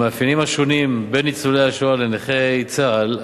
המאפיינים השונים בין ניצולי השואה לנכי צה"ל,